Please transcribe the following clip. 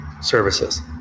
services